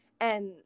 and-